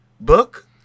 Book